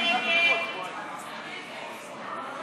של קבוצת סיעת הרשימה המשותפת